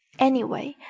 anyway,